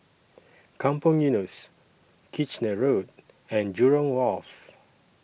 Kampong Eunos Kitchener Road and Jurong Wharf